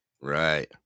right